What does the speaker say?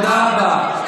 תודה רבה.